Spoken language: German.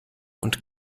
und